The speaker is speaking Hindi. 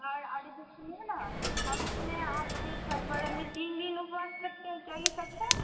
और इधर सुनिए ना हम सुने हैं आपके छठ पर्व में तीन दिन उपवास रखते हैं क्या ये सच है